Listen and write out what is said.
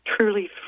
truly